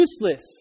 useless